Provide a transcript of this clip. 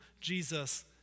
Jesus